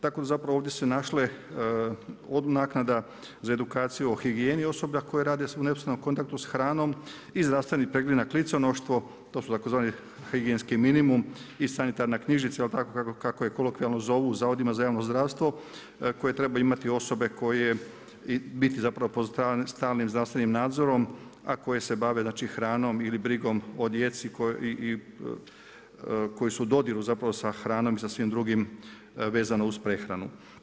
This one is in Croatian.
Tako zapravo ovdje su se našle naknada za edukaciju o higijeni osoblja koje rade u neposrednom kontaktu s hranom i zdravstveni pregled na kliconoštvo, to su tzv. higijenski minimum i sanitarna knjižica tako kako je kolokvijalno zovu u zavodima za javno zdravstvo, koje trebaju imati osobe koje u biti zapravo pod stalnim zdravstvenim nadzorom a koje se bave, znači hranom ili brigom o djeci i koji su u dodiru zapravo sa hranom i sa svim drugim vezano uz prehranu.